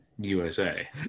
USA